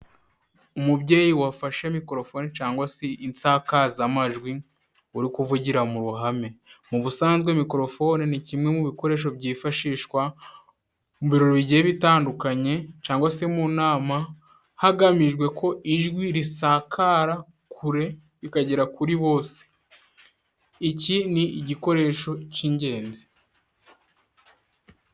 Umubyeyi wafashe micorofoni cyangwa se insakazamajwi, uri kuvugira mu ruhame, mu busanzwe micorofone ni kimwe mu bikoresho byifashishwa mubirori bigiye bitandukanye, cyangwa se mu nama hagamijwe ko ijwi risakara kure rikagera kuri bose, iki ni igikoresho cy'ingenzi.